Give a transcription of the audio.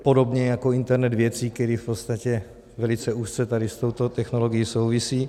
Podobně jako internet věcí, který v podstatě velice úzce tady s touto technologií souvisí.